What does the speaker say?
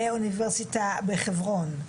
בחברון,